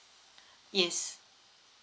yes